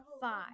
five